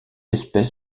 espèce